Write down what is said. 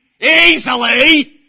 easily